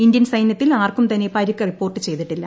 Indian സൈന്യത്തിൽ ആർക്കും തന്നെ പരിക്ക് റിപ്പോർട്ട് ചെയ്തിട്ടില്ല